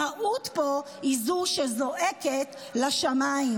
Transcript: המהות פה היא זו שזועקת לשמים.